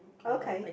okay